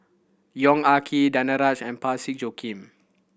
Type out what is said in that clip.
Yong Ah Kee Danaraj and Parsick Joaquim